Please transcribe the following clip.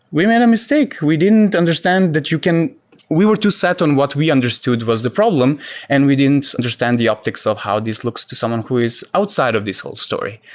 we made a mistake. we didn't understand that you can we were to set on what we understood was the problem and we didn't understand the optics of how this looks to someone who is outside of this whole story.